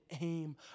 aim